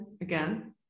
again